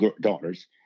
daughters